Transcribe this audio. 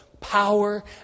power